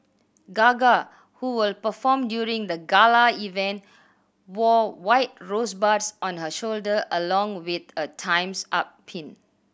Gaga who will perform during the gala event wore white rosebuds on her shoulder along with a Time's Up pin